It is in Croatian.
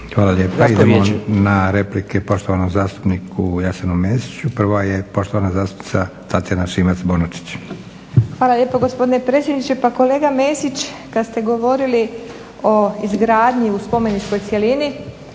Hvala lijepa. Idemo na replike poštovanom zastupnik Jasenu Mesiću. Prva je poštovana zastupnica Tatjana Šimac-Bonačić. **Šimac Bonačić, Tatjana (SDP)** Hvala lijepa gospodine predsjedniče. Pa kolega Mesić kad ste govorili o izgradnji u spomeničkoj cjelini